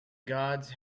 gods